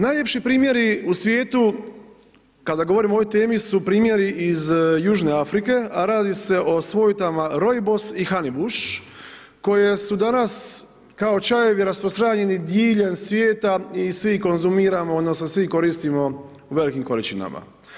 Najljepši primjeri u svijetu, kada govorimo o ovoj temi su primjeri iz Južne Afrike, a radi se o svojtama rojbos i hanibuš koji su danas kao čajevi rasprostranjeni diljem svijeta i svi konzumiramo, odnosno, svi ih koristimo u velikim količinama.